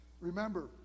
Remember